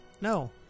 no